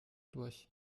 durch